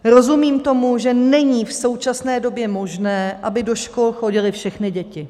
Rozumím tomu, že není v současné době možné, aby do škol chodily všechny děti.